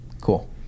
Cool